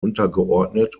untergeordnet